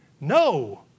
No